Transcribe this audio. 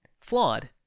Flawed